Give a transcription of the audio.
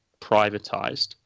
privatised